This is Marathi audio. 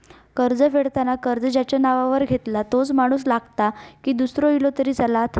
कर्ज फेडताना कर्ज ज्याच्या नावावर घेतला तोच माणूस लागता की दूसरो इलो तरी चलात?